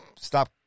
stop